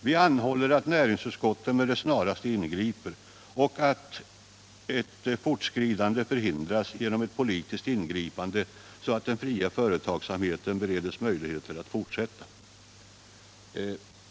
Vi anhåller att näringsutskottet med det snaraste ingriper och att det fortskridande förhindras genom ett politiskt ingripande, så att den fria företagsamheten bereds möjlighet att fortsätta.